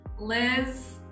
Liz